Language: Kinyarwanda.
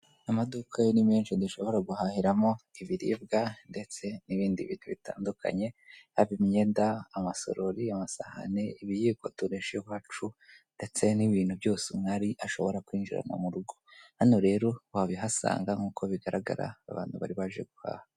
Amaduka yo ni menshi dushobora guhahiramo ibiribwa ndetse n'ibindi bintu bitandukanye, yaba imyenda, amasorori, amasahani, ibiyiko turisha iwacu, ndetse n'ibintu byose umwari ashobora kwinjirana mu rugo. Hano rero wabihasanga, nkuko bigaragara abantu bari baje guhaha.